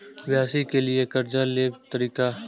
व्यवसाय के लियै कर्जा लेबे तरीका?